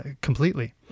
completely